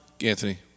Anthony